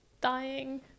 dying